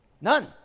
None